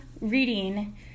reading